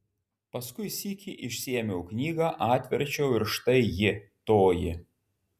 paskui sykį išsiėmiau knygą atverčiau ir štai ji toji